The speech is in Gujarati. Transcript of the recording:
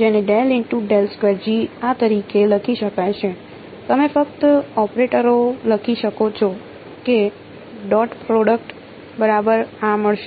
જેને આ તરીકે લખી શકાય છે તમે ફક્ત ઓપરેટરો લખી શકો છો કે ડોટ પ્રોડક્ટ બરાબર આ મળશે